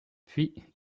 puis